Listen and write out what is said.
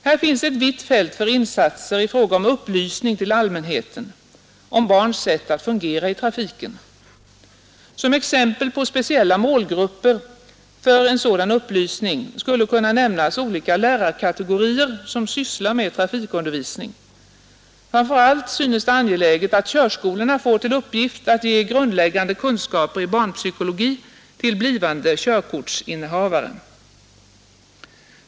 Här finns ett vitt fält för insatser i fråga om upplysning till allmänheten om barns sätt att fungera i trafiken. Som exempel på speciella målgrupper för en sådan upplysning skulle kunna nämnas olika lärarkategorier som sysslar med trafikundervisning. Framför allt synes det angeläget att körskolorna får till uppgift att ge grundläggande kunskaper i barnpsykologi till blivande körkortsinnehavare.